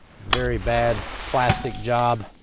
very bad plastic job.